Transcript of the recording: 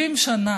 70 שנה,